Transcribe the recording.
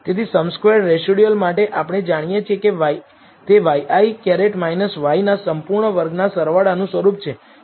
તેથી sum squared residual માટે આપણે જાણીએ છીએ કે તે ŷi y ના સંપૂર્ણ વર્ગના સરવાળાનું સ્વરૂપ છે